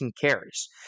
carries